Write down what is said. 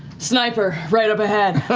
sniper, right up ahead.